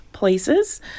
Places